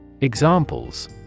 Examples